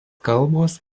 kalbos